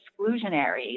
exclusionary